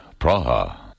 Praha